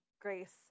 grace